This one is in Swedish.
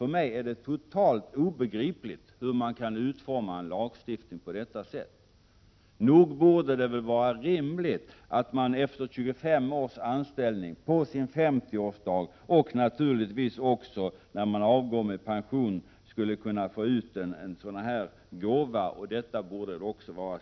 För mig är det helt obegripligt hur man kan utforma en lagstiftning på detta sätt. Nog borde det väl vara rimligt att man kan få en gåva efter 25 års anställning, på sin 50-årsdag och naturligtvis också när man avgår med pension, och detta borde då också vara avdragsgillt för arbetsgivaren.